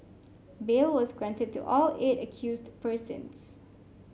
bail was granted to all eight accused persons